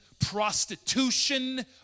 prostitution